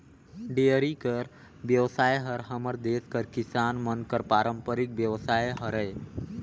dairy कर बेवसाय हर हमर देस कर किसान मन कर पारंपरिक बेवसाय हरय